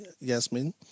Yasmin